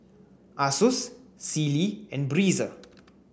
Asus Sealy and Breezer